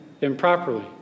improperly